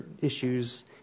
issues